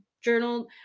Journal